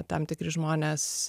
tam tikri žmonės